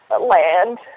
land